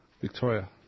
Victoria